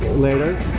later,